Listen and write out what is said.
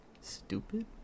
Stupid